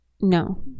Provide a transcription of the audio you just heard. No